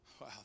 wow